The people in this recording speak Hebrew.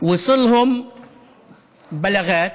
הגיעו אליהם הודעות: